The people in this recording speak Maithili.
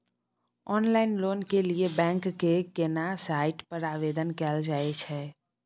ऑनलाइन लोन के लिए बैंक के केना साइट पर आवेदन कैल जाए छै?